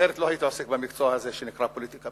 אחרת לא הייתי עוסק במקצוע הזה שנקרא פוליטיקה.